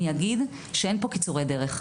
אין פה קיצורי דרך,